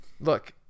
look